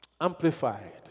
Amplified